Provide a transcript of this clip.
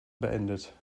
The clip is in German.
beendet